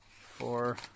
four